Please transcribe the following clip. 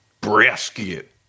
Brisket